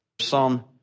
Psalm